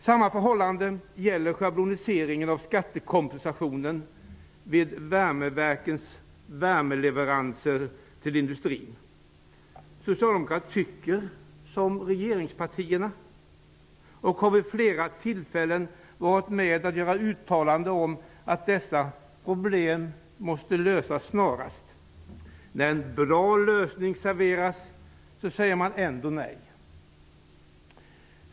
Samma förhållande gäller schabloniseringen av skattekompensationen vid värmeverkens värmeleveranser till industrin. Socialdemokraterna tycker som regeringspartierna och har vid flera tillfällen varit med om att göra uttalanden om att dessa problem snarast måste lösas. Trots att en bra lösning serveras säger man nej.